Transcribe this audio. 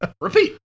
repeat